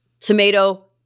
Tomato